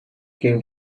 came